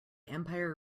empire